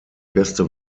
beste